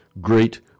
great